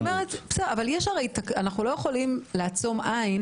אבל אנחנו לא יכולים לעצום עין